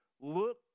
look